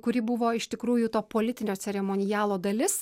kuri buvo iš tikrųjų to politinio ceremonialo dalis